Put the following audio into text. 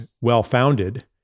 well-founded